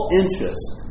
interest